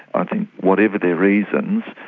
i think whatever their reasons,